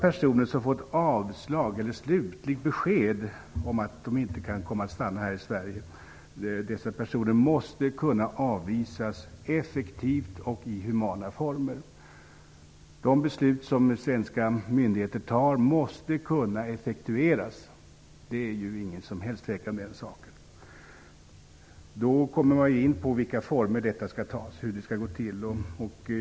Personer som har fått avslag eller slutligt besked om att de inte kan få stanna här i Sverige måste kunna avvisas effektivt och i humana former. De beslut som svenska myndigheter fattar måste kunna effektueras - det är inget som helst tvivel om den saken. Då kommer man in på frågan om i vilken form detta skall ske och hur det skall gå till.